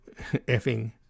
effing